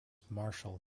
marshal